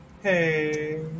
Hey